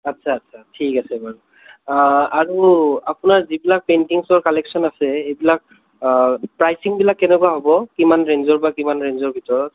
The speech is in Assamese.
আচ্ছা আচ্ছা ঠিক আছে বাৰু আৰু আপোনাৰ যিবিলাক প্ৰেইণ্টিঙচৰ কালেকচন আছে সেইবিলাক প্ৰাইচিঙবিলাক কেনেকুৱা হ'ব কিমান ৰেঞ্জৰপৰা কিমান ৰেঞ্জৰ ভিতৰত